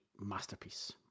masterpiece